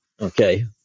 okay